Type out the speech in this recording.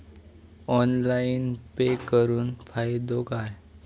Online pay करुन फायदो काय?